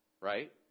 right